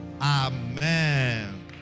amen